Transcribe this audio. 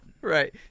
Right